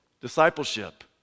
discipleship